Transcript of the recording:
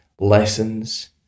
lessons